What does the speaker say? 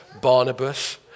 Barnabas